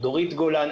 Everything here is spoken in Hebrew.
דורית גולן,